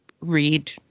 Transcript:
read